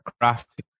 craft